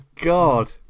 God